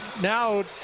now